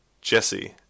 Jesse